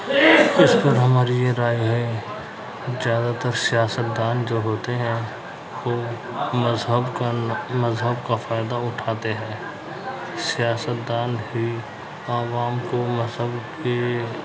اس پر ہماری یہ رائے ہے زیادہ تر سیاست دان جو ہوتے ہیں وہ مذہب کا مذہب کا فائدہ اٹھاتے ہیں سیاست دان ہی عوام کو مذہب کے